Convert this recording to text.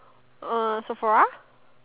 uh sephora